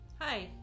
Hi